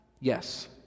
yes